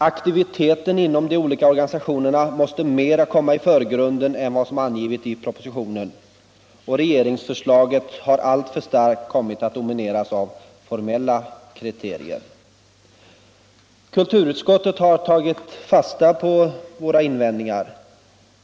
Aktiviteten inom de olika organisationerna måste mer komma i förgrunden än vad som angivits i propositionen. Regeringsförslaget har alltför starkt kommit att domineras av formella kriterier. Kulturutskottet har tagit fasta på våra invändningar.